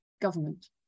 government